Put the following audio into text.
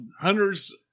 hunters